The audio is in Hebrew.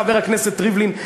חבר הכנסת ריבלין,